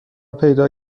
پیدا